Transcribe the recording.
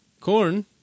Corn